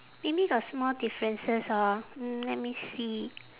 maybe got small differences orh mm let me see